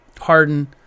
Harden